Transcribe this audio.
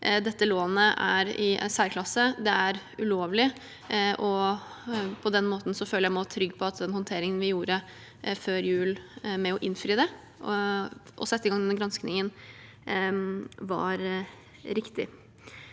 dette lånet er i særklasse. Det er ulovlig. På den måten føler jeg meg også trygg på at den håndteringen vi gjorde før jul, med å innfri det og sette i gang den granskingen, var riktig.